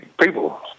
people